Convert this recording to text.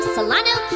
Solano